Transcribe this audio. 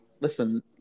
listen